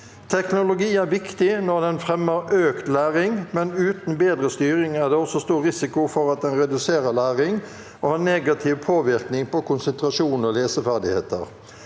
Tek- nologi er viktig når den fremmer økt læring, men uten bedre styring er det også stor risiko for at den reduserer læring og har negativ påvirkning på konsentrasjon og leseferdigheter.